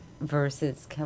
versus